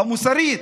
המוסרית,